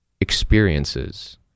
experiences